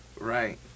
right